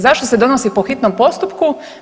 Zašto se donosi po hitnom postupku?